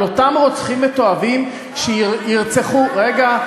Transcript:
על אותם רוצחים מתועבים שירצחו, לא, רגע.